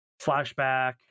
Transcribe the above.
Flashback